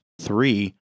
three